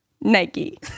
Nike